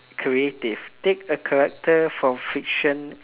creative take a character from fiction